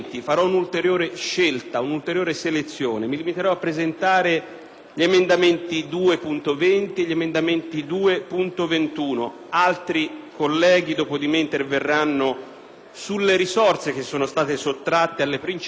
illustrare solo alcuni emendamenti: altri colleghi dopo di me interverranno sulle risorse che sono state sottratte alle principali infrastrutture. Mi limito volutamente